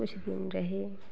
कुछ दिन रही